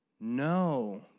no